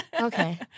okay